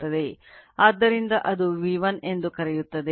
ಆದ್ದರಿಂದ ಅದು V1 ಎಂದು ಕರೆಯುತ್ತದೆ